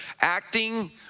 acting